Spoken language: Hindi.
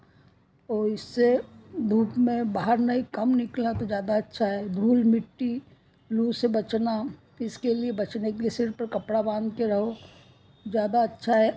और इससे धूप में बाहर नहीं कम निकले तो ज़्यादा अच्छा है धूल मिट्टी लू से बचना इसके लिए बचने के लिए सिर पर कपड़ा बांध के रहो ज़्यादा अच्छा है